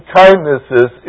kindnesses